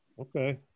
Okay